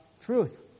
truth